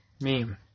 Meme